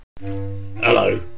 hello